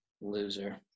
loser